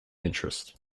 interest